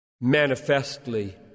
manifestly